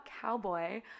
cowboy